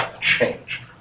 change